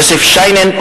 יוסף שיינין,